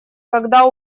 когда